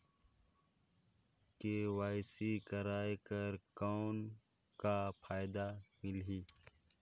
KYC कराय कर कौन का फायदा मिलही?